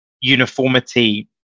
uniformity